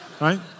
right